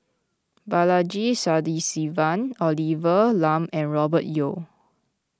Balaji Sadasivan Olivia Lum and Robert Yeo